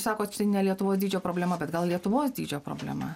sakot čia ne lietuvos dydžio problema bet gal lietuvos dydžio problema